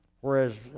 whereas